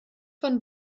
von